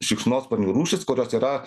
šikšnosparnių rūšys kurios yra